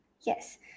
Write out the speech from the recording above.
Yes